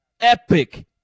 epic